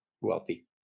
Wealthy